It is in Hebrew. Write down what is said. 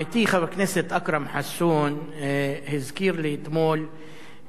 חבר הכנסת אכרם חסון הזכיר לי אתמול בעיה